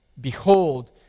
behold